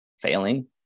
failing